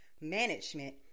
management